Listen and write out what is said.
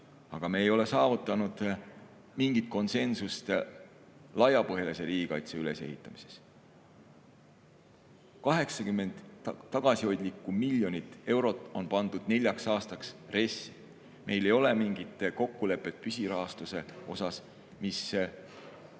Aga me ei ole saavutanud mingit konsensust laiapõhjalise riigikaitse ülesehitamises. Tagasihoidlikud 80 miljonit eurot on pandud neljaks aastaks RES-i. Meil ei ole mingit kokkulepet püsirahastuse kohta, mis